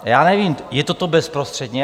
Já nevím, je toto bezprostředně?